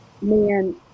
man